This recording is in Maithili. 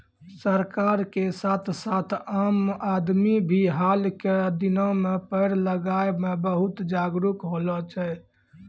सरकार के साथ साथ आम आदमी भी हाल के दिनों मॅ पेड़ लगाय मॅ बहुत जागरूक होलो छै